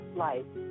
life